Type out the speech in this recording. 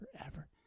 forever